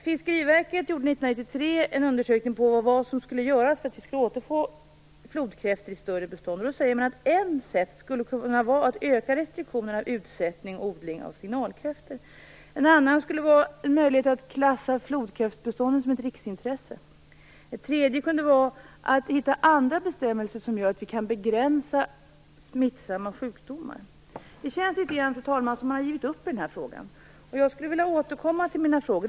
Fiskeriverket gjorde 1993 en undersökning av vad som skulle göras för att vi skulle återfå flodkräftor i större bestånd. Man säger att ett sätt skulle kunna vara att öka restriktionerna vid utsättning och odling av signalkräftor. Ett annat skulle vara att klassa flodkräftsbeståndet som ett riksintresse. Ett tredje kunde vara att hitta andra bestämmelser som gör att vi kan begränsa smittsamma sjukdomar. Det känns litet grand, fru talman, som om man har givit upp i denna fråga. Jag skulle vilja återkomma till mina frågor.